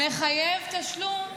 מחייב תשלום,